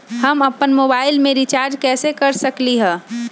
हम अपन मोबाइल में रिचार्ज कैसे कर सकली ह?